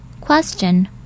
Question